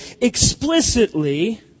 explicitly